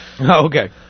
Okay